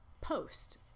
post